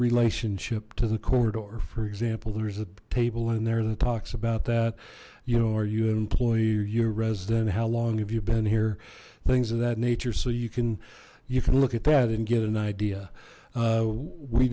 relationship to the corridor for example there's a table and there that talks about that you know are you an employer your resident how long have you been here things of that nature so you can you can look at that and get an idea